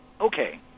Okay